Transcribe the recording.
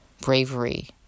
bravery